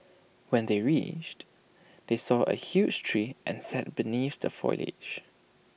when they reached they saw A huge tree and sat beneath the foliage